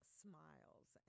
smiles